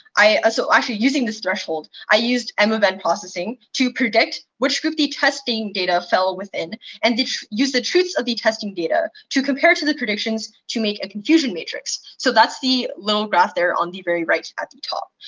so actually using this threshold, i used m of n processing to predict which group the testing data fell within and use the truth of the testing data to compare to the predictions to make a confusion matrix. so that's the little graph there on the very right at the top.